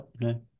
No